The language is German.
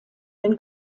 den